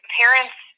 parents